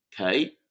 okay